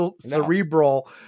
cerebral